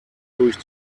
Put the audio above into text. durch